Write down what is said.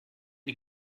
die